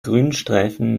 grünstreifen